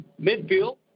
midfield